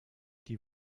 die